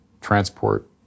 transport